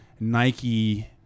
Nike